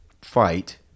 fight